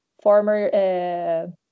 former